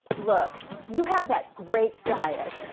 look, you have that great diet,